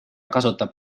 kasutab